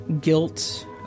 Guilt